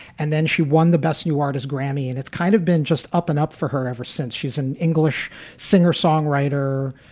and then she won the best new artist grammy. and it's kind of been just up and up for her ever since. she's an english singer songwriter,